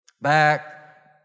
Back